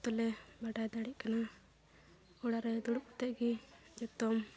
ᱡᱚᱛᱚ ᱞᱮ ᱵᱟᱰᱟᱭ ᱫᱟᱲᱮᱜ ᱠᱟᱱᱟ ᱚᱲᱟᱜ ᱨᱮ ᱫᱩᱲᱩᱵ ᱠᱟᱛᱮᱫ ᱜᱮ ᱡᱚᱛᱚᱢ